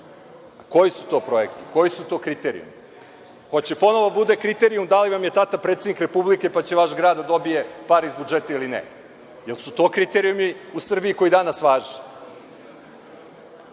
Koji su to projekti? Koji su to kriterijumi? Hoće li ponovo da bude kriterijum da li vam je tata predsednik Republike pa će vaš grad da dobije pare iz budžeta ili ne? Jel su to kriterijumi u Srbiji koji danas važe?